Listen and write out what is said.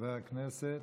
חבר הכנסת